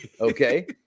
Okay